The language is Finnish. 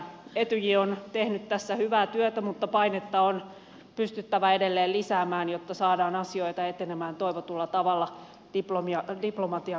etyj on tehnyt tässä hyvää työtä mutta painetta on pystyttävä edelleen lisäämään jotta saadaan asioita etenemään toivotulla tavalla diplomatian keinoin